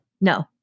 No